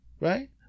Right